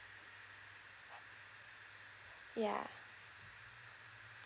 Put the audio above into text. yeah